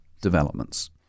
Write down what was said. developments